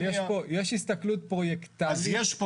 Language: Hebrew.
אבל יש הסתכלות פרוייקטאלית ויש --- אז יש פה